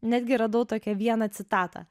netgi radau tokią vieną citatą